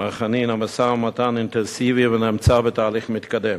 מר חנין, המשא-ומתן אינטנסיבי ונמצא בתהליך מתקדם.